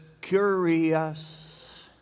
curious